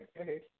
Okay